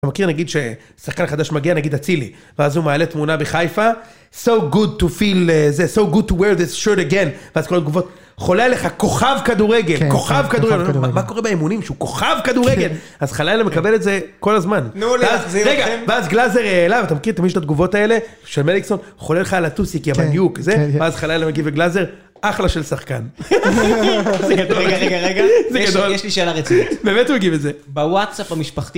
ומכיר נגיד ששחקן חדש מגיע נגיד אצילי ואז הוא מעלה תמונה בחיפה, So good to feel this, so good to wear this shirt again, ואז כל התגובות, חולה עליך כוכב כדורגל, כוכב כדורגל, מה קורה באמונים שהוא כוכב כדורגל, אז חלילה מקבל את זה כל הזמן, ואז גלאזר אליו, אתה מכיר תמיד יש את התגובות האלה, של מליקסון, חולה לך על הטוסיק יי מניוק, ואז חלילה מגיבה גלאזר, אחלה של שחקן. רגע רגע רגע, יש לי שאלה רצינית, באמת הוא מגיב את זה. בוואטסאפ המשפחתי.